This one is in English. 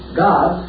god